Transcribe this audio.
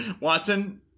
Watson